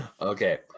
Okay